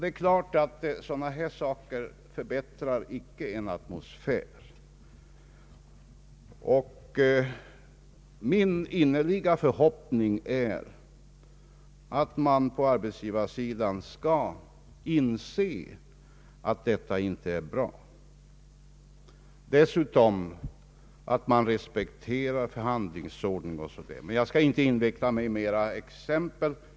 Det är klart att sådana här förhållanden icke förbättrar atmosfären. Min innerliga förhoppning är att man på arbetsgivarsidan skall inse att detta inte är bra och att man dessutom skall respektera förhandlingsordningen. Men jag skall inte inveckla mig i flera exempel.